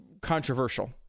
controversial